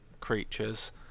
creatures